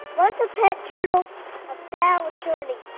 once a pet turtle of darryl churney.